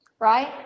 right